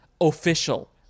official